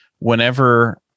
Whenever